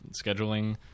scheduling